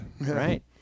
right